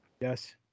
yes